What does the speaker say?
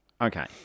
Okay